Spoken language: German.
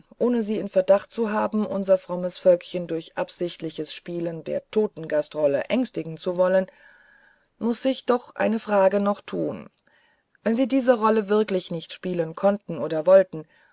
ohne sie in verdacht zu haben unser frommes völkchen durch absichtliches spielen der totengastrolle ängstigen zu wollen muß ich doch eine frage noch tun wenn sie diese rolle wirklich nicht spielen konnten oder wollten